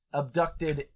abducted